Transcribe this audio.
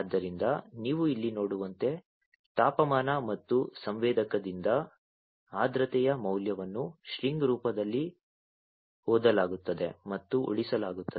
ಆದ್ದರಿಂದ ನೀವು ಇಲ್ಲಿ ನೋಡುವಂತೆ ತಾಪಮಾನ ಮತ್ತು ಸಂವೇದಕದಿಂದ ಆರ್ದ್ರತೆಯ ಮೌಲ್ಯವನ್ನು ಸ್ಟ್ರಿಂಗ್ ರೂಪದಲ್ಲಿ ಓದಲಾಗುತ್ತದೆ ಮತ್ತು ಉಳಿಸಲಾಗುತ್ತದೆ